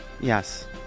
Yes